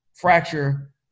fracture